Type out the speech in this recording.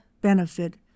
benefit